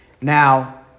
Now